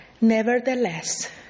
Nevertheless